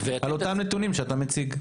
את אותם נתונים שאתה מציג.